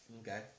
Okay